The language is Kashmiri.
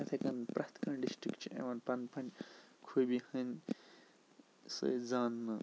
یِتھَے کٔنۍ پرٛٮ۪تھ کانٛہہ ڈِسٹرک چھ یِوان پَن پَننہِ خوبی ہٕنٛدۍ سۭتۍ زاننہٕ